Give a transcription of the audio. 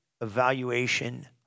evaluation